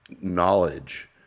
knowledge